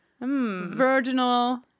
virginal